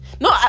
No